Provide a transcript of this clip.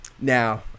Now